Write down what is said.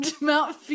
Mount